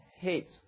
hates